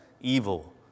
evil